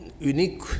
unique